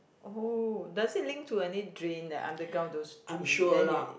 oh does it link to any drain like underground those drain then you